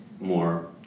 more